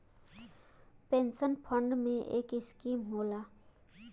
pension fund में एक scheme होला